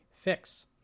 fix